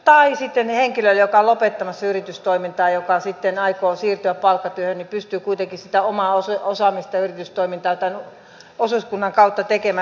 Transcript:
tai sitten henkilö joka on lopettamassa yritystoimintaa ja joka sitten aikoo siirtyä palkkatyöhön pystyy kuitenkin sitä omaa osaamista ja yritystoimintaa tämän osuuskunnan kautta tekemään